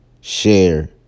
share